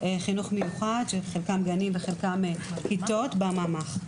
חינוך מיוחד שחלקם --- וחלקם כיתות בממ"ח.